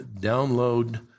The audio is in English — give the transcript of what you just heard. download